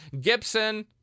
Gibson